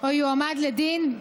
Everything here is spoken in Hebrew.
או יועמד לדין,